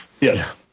Yes